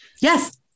Yes